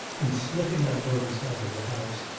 and, slipping unnoticed out of the house,